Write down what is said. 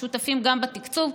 ששותפים גם בתקצוב.